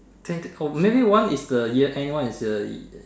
maybe one is the year end one is the